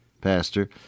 Pastor